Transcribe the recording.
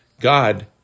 God